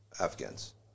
Afghans